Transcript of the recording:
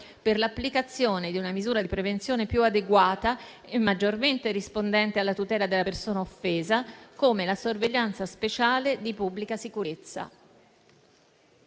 per l'applicazione di una misura di prevenzione più adeguata e maggiormente rispondente alla tutela della persona offesa, come la sorveglianza speciale di pubblica sicurezza.